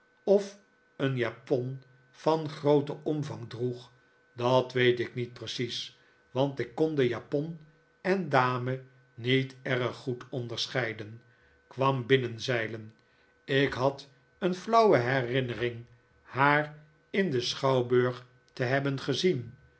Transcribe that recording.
of een japon van grooten omvang droeg dat weet ik niet precies want ik kon japon en dame niet erg goed onderscheiden kwam binnenzeilen ik had een flauwe herinnering haar in den schouwburg te hebben gezien